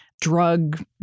drug